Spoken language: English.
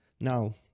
Now